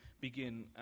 begin